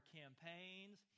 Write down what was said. campaigns